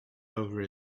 over